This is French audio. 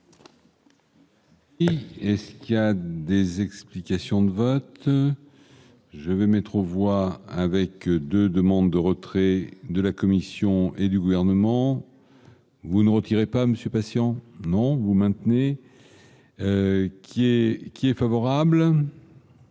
Est-ce qu'il y a des explications de vote, je vais mettre aux voix avec de demandes de retrait de la Commission et du gouvernement, vous ne retirez pas Monsieur passion non vous maintenez qui est, qui est favorable.